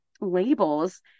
labels